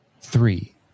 three